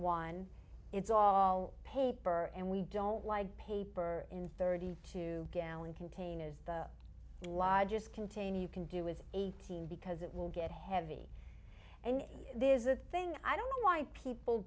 one it's all paper and we don't like paper in thirty two gallon containers the largest contain you can do with eighteen because it will get heavy and this is a thing i don't know why people